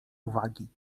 uwagi